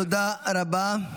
תודה רבה.